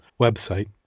website